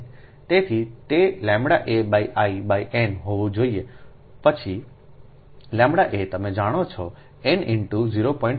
તેથી તેʎa I n હોવું જોઈએ પછી ʎa તમે જાણો છો n × 0